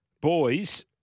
boys